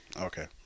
Okay